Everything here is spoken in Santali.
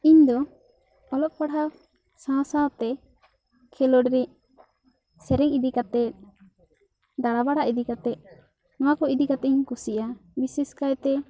ᱤᱧ ᱫᱚ ᱚᱞᱚᱜ ᱯᱟᱲᱦᱟᱣ ᱥᱟᱶ ᱥᱟᱶ ᱛᱮ ᱠᱷᱮᱞᱚᱰ ᱨᱮᱜ ᱥᱮᱨᱮᱧ ᱤᱫᱤ ᱠᱟᱛᱮ ᱫᱟᱬᱟ ᱵᱟᱬᱟ ᱤᱫᱤ ᱠᱟᱛᱮ ᱱᱚᱣᱟ ᱠᱚ ᱤᱫᱤ ᱠᱟᱛᱮ ᱤᱧ ᱠᱩᱥᱤᱭᱟᱜᱼᱟ ᱵᱤᱥᱮᱥᱠᱟᱭ ᱛᱮ